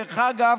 דרך אגב,